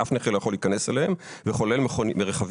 ואף נכה לא יכול להיכנס אליהן וכלל רכבים